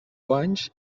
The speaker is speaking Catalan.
guanys